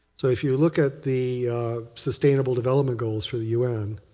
so if you look at the sustainable development goals for the un,